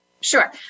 Sure